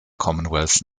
commonwealth